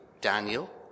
Daniel